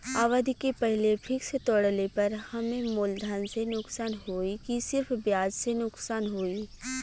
अवधि के पहिले फिक्स तोड़ले पर हम्मे मुलधन से नुकसान होयी की सिर्फ ब्याज से नुकसान होयी?